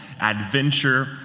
Adventure